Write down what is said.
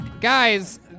Guys